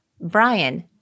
Brian